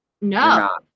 no